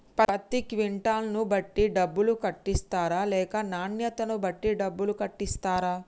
పత్తి క్వింటాల్ ను బట్టి డబ్బులు కట్టిస్తరా లేక నాణ్యతను బట్టి డబ్బులు కట్టిస్తారా?